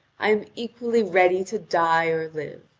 i am equally ready to die or live.